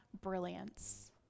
brilliance